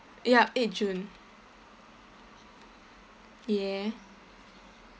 ya eight june yeah